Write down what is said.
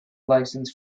license